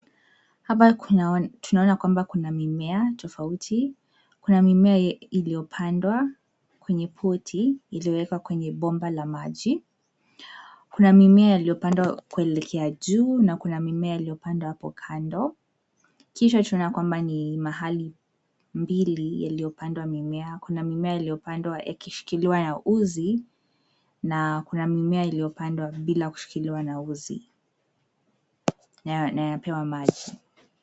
Hapa tunaona kwamba kuna mimea tofauti, kuna mimea iliyopandwa, kwenye poti iliyowekwa kwenye bomba la maji. Kuna mimea yaliyopandwa kuelekea juu na kuna mimema yaliyopandwa apo kando. Kisha tunaona kwamba ni mahali mbili yaliyopandwa mimea kuna mimea yaliyopandwa yakishikiliwa na uzi na kuna mimea iliyopandwa bila kushikiliwa na uzi na yapewa maji.